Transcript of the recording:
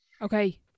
Okay